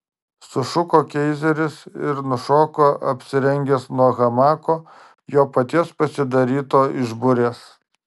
sušuko keizeris ir nušoko apsirengęs nuo hamako jo paties pasidaryto iš burės